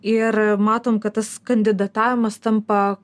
ir matom kad tas kandidatavimas tampa